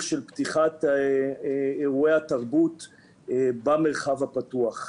של פתיחת אירועי התרבות במרחב הפתוח.